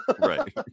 right